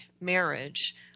marriage